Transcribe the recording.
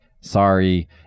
sorry